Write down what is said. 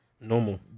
Normal